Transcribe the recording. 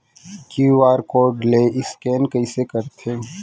QR code ले scan कइसे करथे?